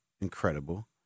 incredible